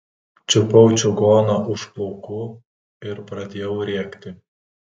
čiupau čigoną už plaukų ir pradėjau rėkti